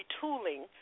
retooling